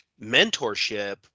mentorship